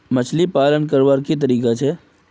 मछली पालन करवार की तरीका छे?